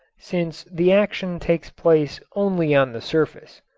since the action takes place only on the surface.